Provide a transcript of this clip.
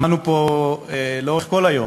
שמענו פה לאורך כל היום